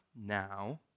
now